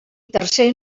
tercer